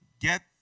Get